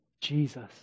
Jesus